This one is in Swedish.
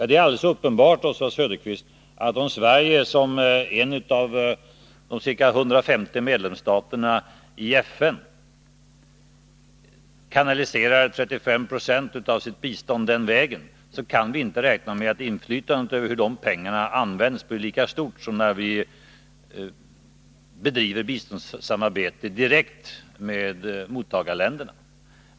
Det är alldeles uppenbart, Oswald Söderqvist, att om Sverige som en av de ca 150 medlemsstaterna i FN kanaliserar en tredjedel av sitt bistånd den vägen, kan vi inte räkna med att inflytandet över hur medlen används blir lika stort som när vi bedriver biståndssamarbete direkt med mottagarländerna.